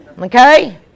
Okay